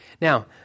Now